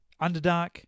underdark